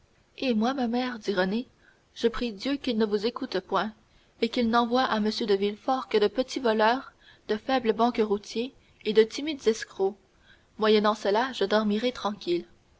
et moi ma mère dit renée je prie dieu qu'il ne vous écoute point et qu'il n'envoie à m de villefort que de petits voleurs de faibles banqueroutiers et de timides escrocs moyennant cela je dormirai tranquille